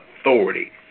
authority